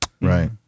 right